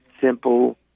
Simple